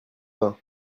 mains